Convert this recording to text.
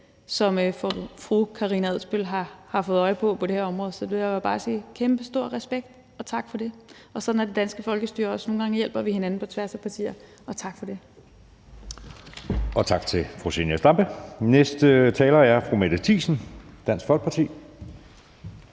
som fru Karina Adsbøl har fået øje på på det her område. Så jeg vil bare sige, at jeg har kæmpestor respekt for det, og sige tak for det. Sådan er det danske folkestyre også: Nogle gange hjælper vi hinanden på tværs af partier, og tak for det. Kl. 13:36 Anden næstformand (Jeppe Søe): Tak til fru Zenia Stampe. Næste taler er fru Mette Thiesen, Dansk Folkeparti.